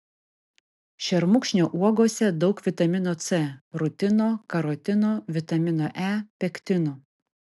šermukšnio uogose daug vitamino c rutino karotino vitamino e pektinų